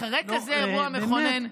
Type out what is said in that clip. אחרי כזה אירוע מכונן,